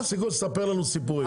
תפסיקו לספר לנו סיפורים.